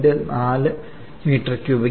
4 m3 gas B യ്ക്ക് 0